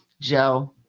Joe